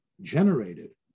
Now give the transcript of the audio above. generated